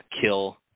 kill